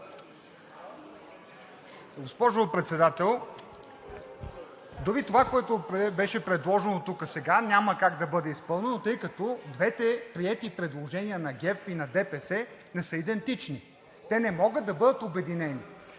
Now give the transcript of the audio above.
Госпожо Председател, дори това, което беше предложено тук сега, няма как да бъде изпълнено, тъй като двете приети предложения – на ГЕРБ и на ДПС, не са идентични. Те не могат да бъдат обединени.